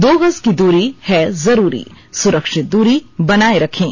दो गज की दूरी है जरूरी सुरक्षित दूरी बनाए रखें